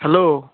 hello